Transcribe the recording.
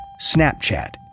Snapchat